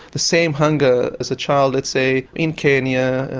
the same hunger as a child let's say in kenya,